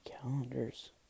calendars